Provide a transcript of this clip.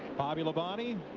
bobby labonte